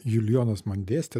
julijonas man dėstė